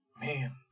Man